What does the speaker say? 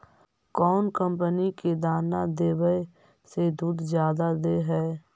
कौन कंपनी के दाना देबए से दुध जादा दे है?